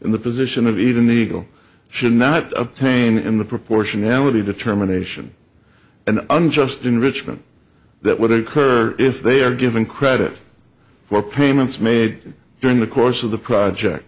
in the position of even legal should not obtain in the proportionality determination and unjust enrichment that would occur if they are given credit for payments made during the course of the project